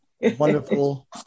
wonderful